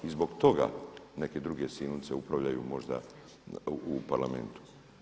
I zbog toga neke druge silnice upravljaju možda u Parlamentu.